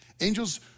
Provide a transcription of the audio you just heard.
Angels